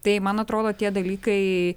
tai man atrodo tie dalykai